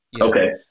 okay